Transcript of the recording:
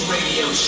Radio